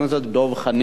בבקשה, אדוני.